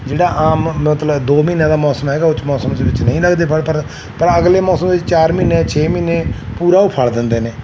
ਜਿਹੜਾ ਆਮ ਮਤਲਬ ਦੋ ਮਹੀਨਿਆਂ ਦਾ ਮੌਸਮ ਹੈਗਾ ਉਹ 'ਚ ਮੌਸਮ ਦੇ ਵਿੱਚ ਨਹੀਂ ਲੱਗਦੇ ਬਰ ਪਰ ਪਰ ਅਗਲੇ ਮੌਸਮ ਵਿਚ ਚਾਰ ਮਹੀਨੇ ਛੇ ਮਹੀਨੇ ਪੂਰਾ ਉਹ ਫਲ ਦਿੰਦੇ ਨੇ